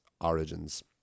origins